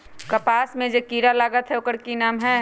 कपास में जे किरा लागत है ओकर कि नाम है?